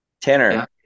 Tanner